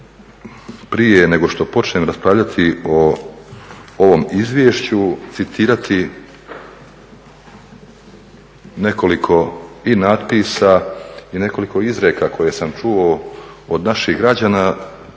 prije nego što počnem raspravljati o ovom izvješću citirati nekoliko i natpisa i nekoliko izreka koje sam čuo od naših građana